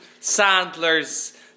Sandler's